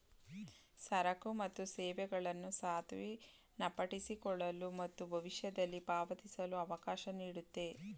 ಸರಕು ಮತ್ತು ಸೇವೆಗಳನ್ನು ಸ್ವಾಧೀನಪಡಿಸಿಕೊಳ್ಳಲು ಮತ್ತು ಭವಿಷ್ಯದಲ್ಲಿ ಪಾವತಿಸಲು ಅವಕಾಶ ನೀಡುತ್ತೆ